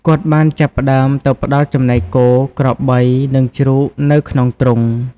គាត់បានចាប់ផ្តើមទៅផ្តល់ចំណីគោ ក្របី និងជ្រូកនៅក្នុងទ្រុង។